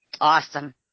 Awesome